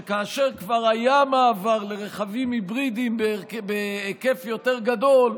שכאשר כבר היה מעבר לרכבים היברידיים בהיקף יותר גדול,